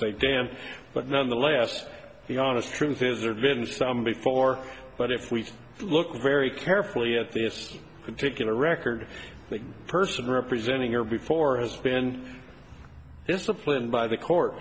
say damp but nonetheless the honest truth is ervin some before but if we look very carefully at this particular record the person representing or before has been disciplined by the court